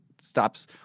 stops